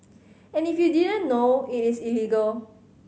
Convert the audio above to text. and if you didn't know it is illegal